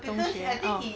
中学 orh